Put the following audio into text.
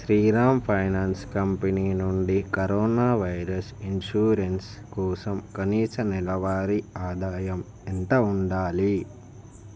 Sriram finance company నుండి corona virus insurance కోసం కనీస నెలవారి ఆదాయం ఎంత ఉండాలి